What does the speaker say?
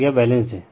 तो यह बैलेंस्ड है